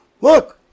Look